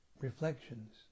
Reflections